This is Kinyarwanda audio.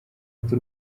ati